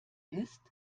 ist